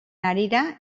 harira